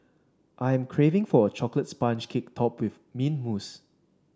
I am craving for a chocolate sponge cake topped with mint mousse